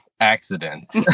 accident